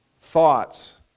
thoughts